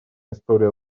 история